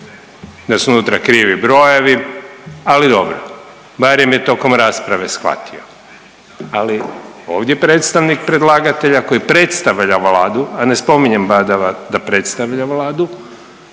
da su unutra krivi brojevi, ali dobro, barem je tokom rasprave shvatio, ali ovdje predstavnik predlagatelja koji predstavlja Vladu, a ne spominjem badava da predstavlja Vladu,